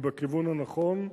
היא בכיוון הנכון,